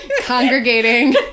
congregating